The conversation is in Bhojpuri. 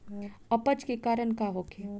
अपच के कारण का होखे?